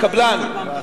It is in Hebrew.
מקבלן,